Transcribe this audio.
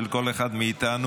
של כל אחד מאיתנו,